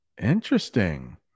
Interesting